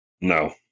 No